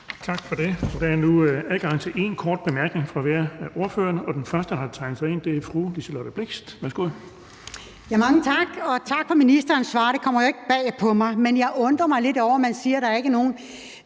Tak for det. Der er nu adgang til én kort bemærkning for hver af ordførerne, og den første, der har tegnet sig ind, er fru Liselott Blixt. Værsgo. Kl. 17:59 Liselott Blixt (UFG): Mange tak, og tak for ministerens svar. Det kommer jo ikke bag på mig, men jeg undrer mig lidt over, at man siger, at der ikke er nogen